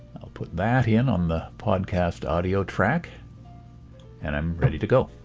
i'll put that in on the podcast audio track and i'm ready to go.